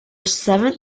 seventh